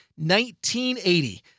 1980